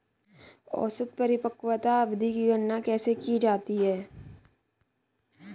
औसत परिपक्वता अवधि की गणना कैसे की जाती है?